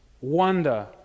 wonder